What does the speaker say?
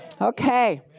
Okay